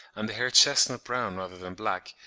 and the hair chestnut-brown rather than black,